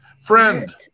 friend